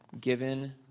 given